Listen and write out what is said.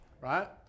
right